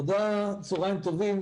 צוהריים טובים.